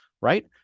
Right